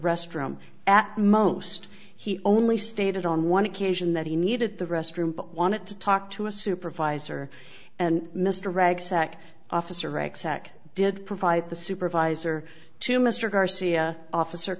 restroom at most he only stated on one occasion that he needed the restroom but wanted to talk to a supervisor and mr reg sec officer exec did provide the supervisor to mr garcia officer